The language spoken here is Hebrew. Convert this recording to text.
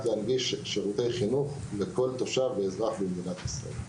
להנגיש שירותי חינוך לכל תושב ואזרח במדינת ישראל.